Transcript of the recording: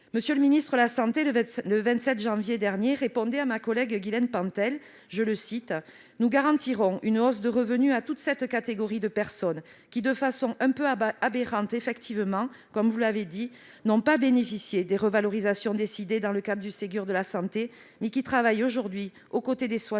M. le ministre de la santé, le 27 janvier dernier, répondait en ces termes à ma collègue Guylène Pantel :« Nous garantirons une hausse des revenus à toute cette catégorie de personnes qui, de façon un peu aberrante effectivement, comme vous l'avez dit, n'ont pas bénéficié des revalorisations décidées dans le cadre du Ségur de la santé, mais qui travaillent aujourd'hui aux côtés des soignants